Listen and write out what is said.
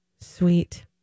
sweet